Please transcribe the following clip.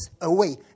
away